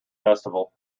festival